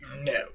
No